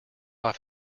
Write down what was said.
off